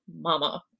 mama